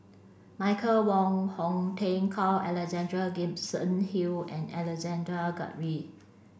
Michael Wong Hong Teng Carl Alexander Gibson Hill and Alexander Guthrie